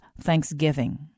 thanksgiving